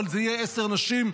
אבל יהיו עשר נשים,